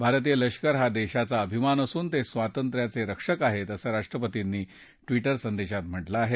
भारतीय लष्कर हा देशाचा अभिमान असून ते स्वातंत्र्याचे रक्षक आहेत असं राष्ट्रपतींनी ट्विटर संदेशात म्हटलं आहे